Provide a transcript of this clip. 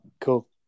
Cool